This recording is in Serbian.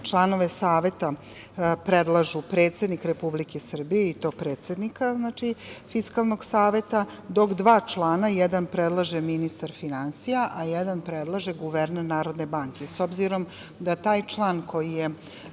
članove Saveta predlažu predsednik Republike Srbije i to predsednika Fiskalnog saveta, dok dva člana, jedan predlaže ministar finansija, a jedan predlaže guverner Narodne banke. S obzirom da taj član koji je